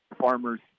farmers